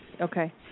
Okay